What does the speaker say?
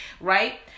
Right